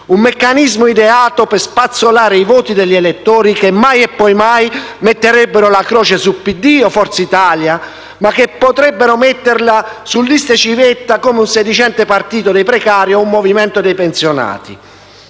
Un meccanismo ideato per spazzolare i voti degli elettori che mai e poi mai metterebbero la croce sul PD o su Forza Italia, ma che potrebbero metterla su liste civetta come un sedicente partito dei precari o un movimento dei pensionati.